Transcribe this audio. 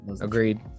Agreed